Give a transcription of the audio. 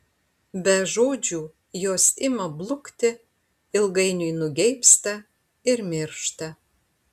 be žodžių jos ima blukti ilgainiui nugeibsta ir miršta